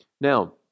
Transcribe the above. Now